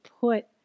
put